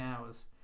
hours